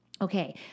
Okay